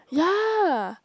yeah